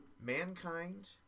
Mankind